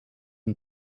een